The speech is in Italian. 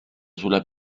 sulla